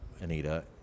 Anita